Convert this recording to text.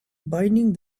binding